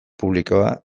publikoa